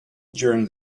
during